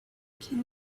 can